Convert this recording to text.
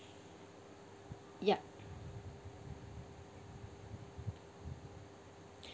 ya